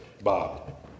Bob